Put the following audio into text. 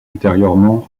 ultérieurement